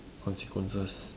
consequences